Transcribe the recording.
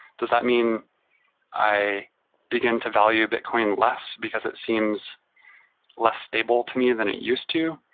does that mean i begin to value bitcoin less because it seems less stable to me than it used to?